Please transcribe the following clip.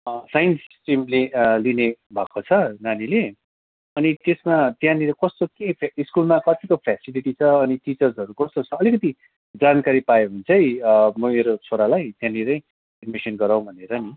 science स्ट्रिमले लिनेभएको छ नानीले अनि त्यसमा त्यहाँनिर कस्तो के फे स्कुलमा कतिको फ्यासिलिटी छ अनि टिचर्सहरू कस्तो छ अलिकति जानकारी पायो भने चाहिँ मेरो छोरालाई त्यहाँनिरै एडमिसन गराउँ भनेर नि